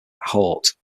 haut